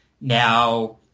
now